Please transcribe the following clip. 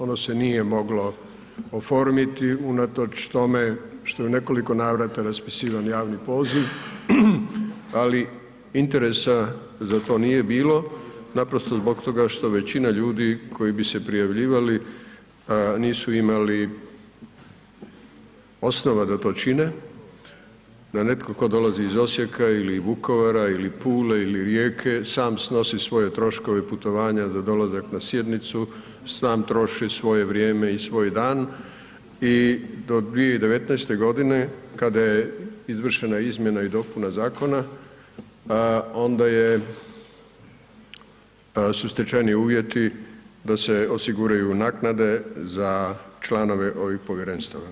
Ono se nije moglo oformiti unatoč tome što je u nekoliko navrata raspisivan javni poziv, ali interesa za to nije bilo naprosto zbog toga što većina ljudi koji bi se prijavljivali nisu imali osnova da to čine, da netko tko dolazi iz Osijeka ili Vukovara ili Pule ili Rijeke sam snosi svoje troškove putovanja za dolazak na sjednicu, sam troši svoje vrijeme i svoj dan i do 2019. godine kada je izvršena izmjena i dopuna zakona onda su stečeni uvjeti da se osiguraju naknade za članove ovih povjerenstava.